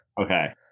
Okay